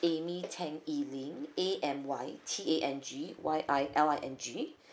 amy tang yiling A M Y T A N G Y I L I N G